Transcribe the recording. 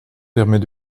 permet